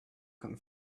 come